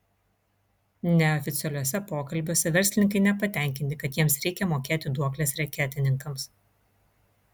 neoficialiuose pokalbiuose verslininkai nepatenkinti kad jiems reikia mokėti duokles reketininkams